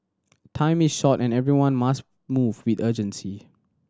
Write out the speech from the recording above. time is short and everyone must move with urgency